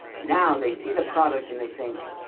now they see the product and they think,